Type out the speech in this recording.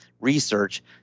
research